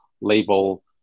label